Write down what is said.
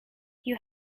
you